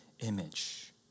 image